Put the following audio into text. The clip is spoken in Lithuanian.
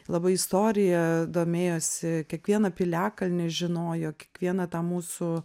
labai istorija domėjosi kiekvieną piliakalnį žinojo kiekvieną tą mūsų